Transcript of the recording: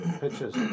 pictures